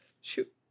Shoot